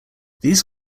these